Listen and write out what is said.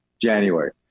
January